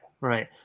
right